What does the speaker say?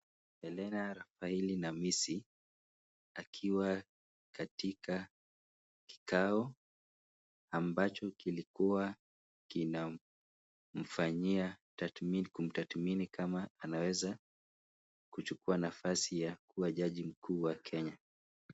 Helena Rafaeli Namisi akiwa katika kikao ambacho kilikuwa kinamfanyia tathmini kumtathmini kama anaezachukua nafasi ya kukuwa jaji mkuu wa Kenya.